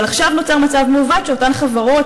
אבל עכשיו נוצר מצב מעוות שאותן חברות